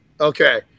Okay